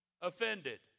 offended